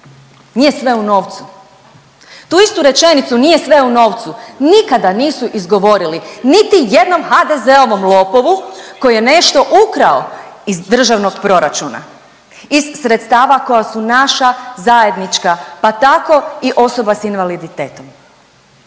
Nije sve u novcu. Tu istu rečenicu nije sve u novcu nikada nisu izgovorili niti jednom HDZ-ovom lopovu koji je nešto ukrao iz državnog proračuna, iz sredstava koja su naša zajednička, pa tako i osoba s invaliditetom